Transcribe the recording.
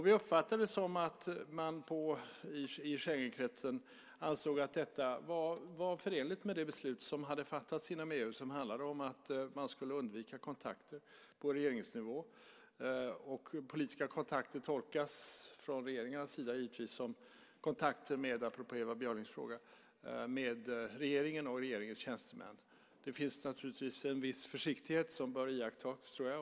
Vi uppfattade det som att man i Schengenkretsen ansåg att detta var förenligt med det beslut som hade fattats inom EU, som handlade om att man skulle undvika kontakter på regeringsnivå. Politiska kontakter tolkas givetvis från regeringarnas sida som kontakter med, apropå Ewa Björlings fråga, regeringen och regeringens tjänstemän. Det bör naturligtvis iakttas en viss försiktighet, tror jag.